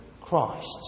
Christ